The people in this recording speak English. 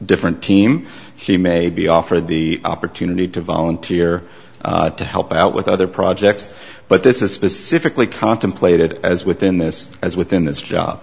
different team he may be offered the opportunity to volunteer to help out with other projects but this is specifically contemplated as within this as within this